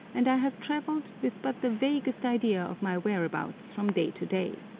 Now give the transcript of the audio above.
and i have travelled with but the vaguest idea of my whereabouts from day to day.